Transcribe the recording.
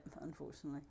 unfortunately